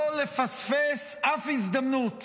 לא לפספס אף הזדמנות